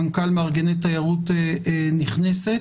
מנכ"ל מארגני תיירות נכנסת,